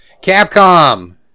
Capcom